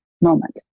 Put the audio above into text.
moment